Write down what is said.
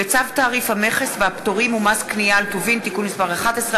וצו תעריף המכס והפטורים ומס קנייה על טובין (תיקון מס' 11),